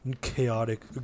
chaotic